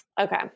okay